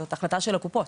זאת החלטה של הקופות.